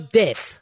death